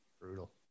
brutal